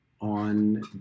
on